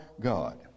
God